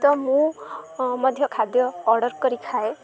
ତ ମୁଁ ମଧ୍ୟ ଖାଦ୍ୟ ଅର୍ଡ଼ର୍ କରି ଖାଏ